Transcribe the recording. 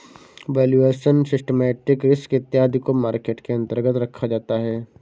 valuation, systematic risk इत्यादि को market के अंतर्गत रखा जाता है